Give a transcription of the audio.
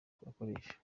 twakoresha